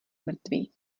mrtvý